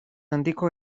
handiko